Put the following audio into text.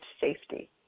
safety